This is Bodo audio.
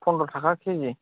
पन्द्र' थाखा किजि